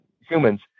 humans